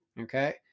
Okay